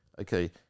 okay